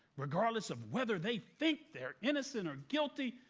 regardless of whether they think they're innocent of guilty,